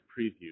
preview